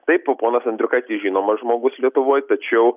taip ponas andriukaitis žinomas žmogus lietuvoj tačiau